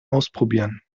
ausprobieren